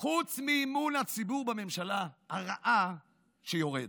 חוץ מאמון הציבור בממשלה הרעה, שיורד.